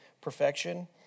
perfection